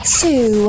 two